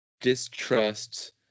distrust